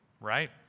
right